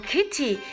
Kitty